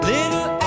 Little